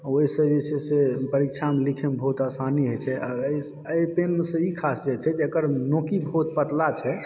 ओहीसं जे छै से परीक्षा में लिखय मे बहुत आसानी होए छै आओर एहि पेन सं इ ख़ासियत छै जे एकर नोकी बहुत पतला छै